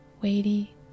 weighty